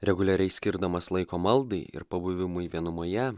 reguliariai skirdamas laiko maldai ir pabuvimui vienumoje